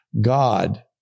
God